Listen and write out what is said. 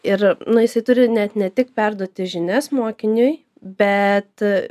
ir nu jisai turi net ne tik perduoti žinias mokiniui bet